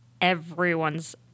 everyone's